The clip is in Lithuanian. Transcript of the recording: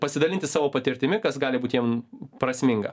pasidalinti savo patirtimi kas gali būt jiem prasminga